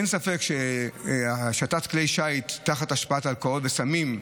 אין ספק שהשטת כלי שיט תחת השפעת אלכוהול וסמים,